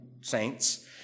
saints